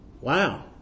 Wow